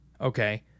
Okay